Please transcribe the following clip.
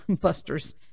Buster's